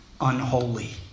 unholy